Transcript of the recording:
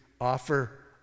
offer